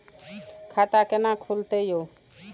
खाता केना खुलतै यो